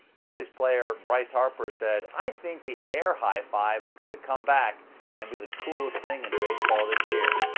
phillies player bryce harper said, i think the air high-five is going to come back and be the coolest thing in baseball this year.